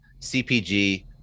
CPG